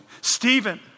Stephen